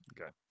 Okay